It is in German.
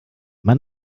man